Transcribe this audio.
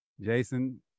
Jason